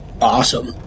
Awesome